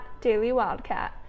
dailywildcat